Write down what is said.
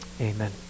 Amen